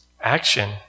Action